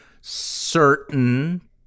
certain